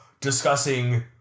discussing